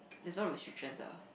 there's no restrictions ah